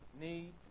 need